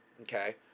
okay